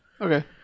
okay